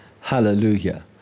hallelujah